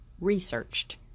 researched